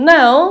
Now